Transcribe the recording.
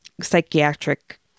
psychiatric